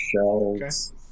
shelves